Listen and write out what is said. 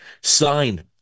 sign